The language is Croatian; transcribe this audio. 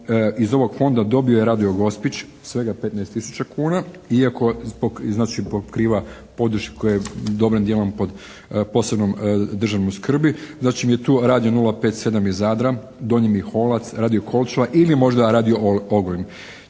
iz ovog Fonda dobio je Radio Gospić, svega 15 tisuća kuna iako zbog, znači pokriva podrške dobrim dijelom pod posebnom državnom skrbi. Zatim je tu Radio 057 iz Zadra, Donji Miholac, Radio Korčula ili možda Radio Ogulin.